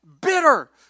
bitter